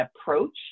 approach